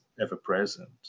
ever-present